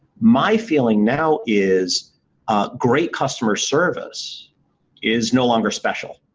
my feeling now is great customer service is no longer special.